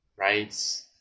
Right